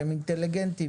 שהם אינטליגנטים,